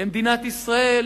למדינת ישראל